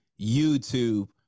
YouTube